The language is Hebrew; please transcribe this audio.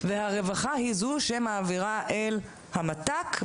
והרווחה היא זו שמעבירה אל המת"ק,